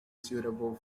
suitable